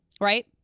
right